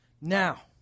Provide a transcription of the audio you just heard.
Now